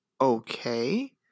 okay